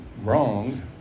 wrong